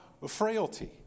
frailty